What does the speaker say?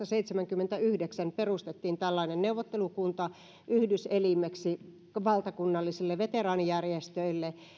seitsemänkymmentäyhdeksän perustettiin tällainen neuvottelukunta yhdyselimeksi valtakunnallisille veteraanijärjestöille